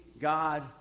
God